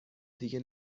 دیگه